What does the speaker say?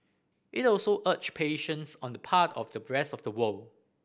it also urged patience on the part of the rest of the world